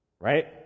right